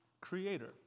Creator